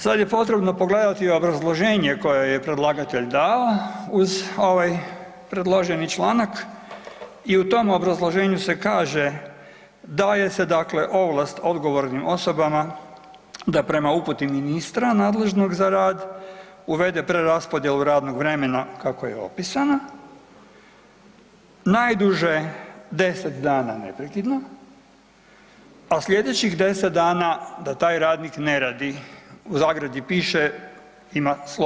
Sada je potrebno pogledati obrazloženje koje je predlagatelj dao uz ovaj predloženi članak i u tom obrazloženju se kaže daje se ovlast odgovornim osobama da prema uputim ministra nadležnog za rad uvede preraspodjelu radnog vremena kako je opisano, najduže 10 dana neprekidno, a sljedećih 10 dana da taj radnik ne radi (ima slobodne)